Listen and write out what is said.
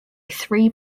three